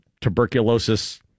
tuberculosis